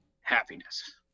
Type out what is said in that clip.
happiness